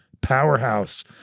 powerhouse